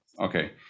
Okay